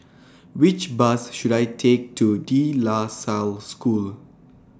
Which Bus should I Take to De La Salle School